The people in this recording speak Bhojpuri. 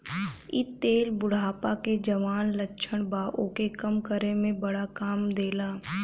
इ तेल बुढ़ापा के जवन लक्षण बा ओके कम करे में बड़ा काम देला